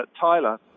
Tyler